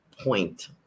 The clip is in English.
point